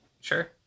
Sure